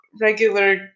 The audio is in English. regular